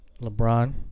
LeBron